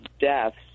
deaths